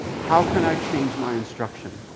how can i change my instruction?